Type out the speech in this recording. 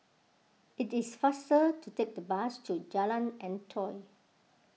it is faster to take the bus to Jalan Antoi